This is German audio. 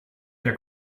der